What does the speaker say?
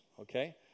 okay